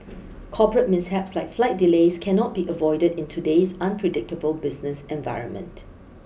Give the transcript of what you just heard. corporate mishaps like flight delays cannot be avoided in today's unpredictable business environment